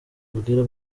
abwira